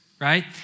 right